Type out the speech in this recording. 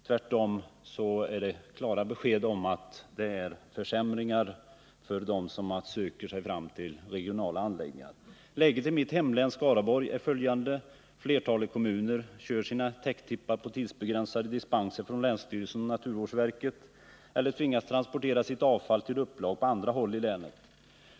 Tvärtom ger svaret klart besked om att försämringar är att vänta för dem som söker sig fram till regionala anläggningar. Läget i mitt hemlän, Skaraborg, är följande. Flertalet kommuner kör sina täcktippar på tidsbegränsade dispenser från länsstyrelsen och naturvårdsverket eller tvingas transportera sitt avfall till upplag på andra håll i länet.